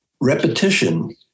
Repetition